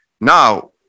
now